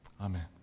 Amen